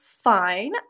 fine